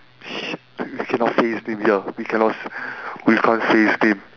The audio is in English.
sh~ we cannot say this thing here we cannot we can't say this thing